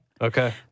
Okay